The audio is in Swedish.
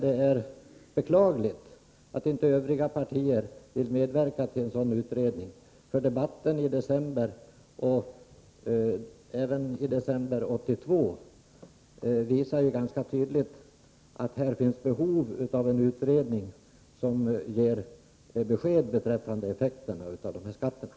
Det är beklagligt att övriga partier inte vill medverka till en sådan utredning. Debatten i december 1983 visade liksom debatten i december 1982 ganska tydligt att det finns behov av en utredning som ger besked beträffande effekterna av beskattningen på detta område.